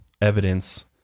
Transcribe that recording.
evidence